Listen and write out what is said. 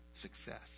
success